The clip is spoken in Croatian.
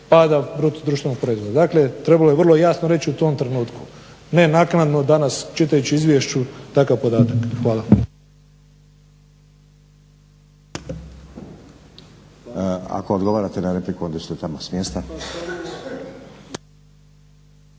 daljnje dovesti do pada BDP-a. Dakle trebalo je vrlo jasno reći u tom trenutku ne naknadno danas čitajući u izvješću takav podatak. Hvala.